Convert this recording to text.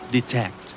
Detect